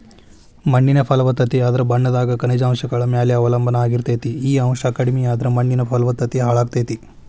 ಮಣ್ಣಿನ ಫಲವತ್ತತೆ ಅದರ ಬಣ್ಣದಾಗ ಖನಿಜಾಂಶಗಳ ಮ್ಯಾಲೆ ಅವಲಂಬನಾ ಆಗಿರ್ತೇತಿ, ಈ ಅಂಶ ಕಡಿಮಿಯಾದ್ರ ಮಣ್ಣಿನ ಫಲವತ್ತತೆ ಹಾಳಾಗ್ತೇತಿ